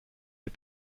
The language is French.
les